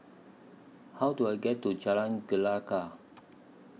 How Do I get to Jalan Gelegar